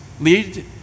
lead